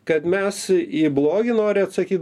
kad mes į blogį nori atsakyt